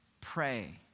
Pray